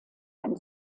ein